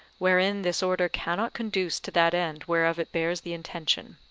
wherein this order cannot conduce to that end whereof it bears the intention.